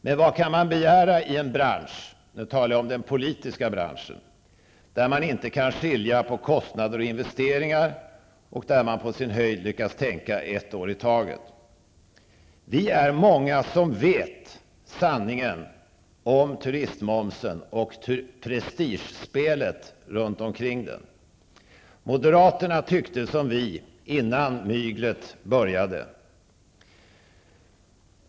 Men vad kan man begära av en bransch -- nu talar jag om den politiska branschen -- där man inte kan skilja på kostnader och investeringar, och där man på sin höjd lyckas tänka ett år i taget? Vi är många som vet sanningen om turistmomsen och prestigespelet runt omkring den. Moderaterna tyckte som vi innan myglet började.